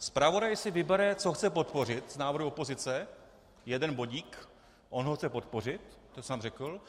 Zpravodaj si vybere, co chce podpořit z návrhu opozice, jeden bodík, on ho chce podpořit, jak sám řekl.